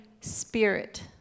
Spirit